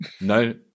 no